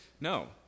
No